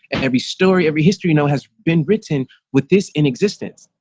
and every story, every history, no has been written with this in existence.